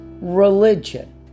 religion